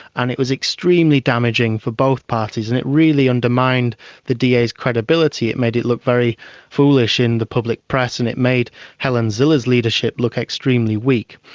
and it was extremely damaging for both parties and it really undermined the da's credibility. it made it look very foolish in the public press and it made helen zille's leadership look extremely weak.